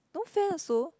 no fan also